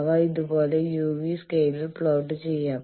അവ ഇതുപോലെ uv സ്കെയിലിൽ പ്ലോട്ട് ചെയ്യാം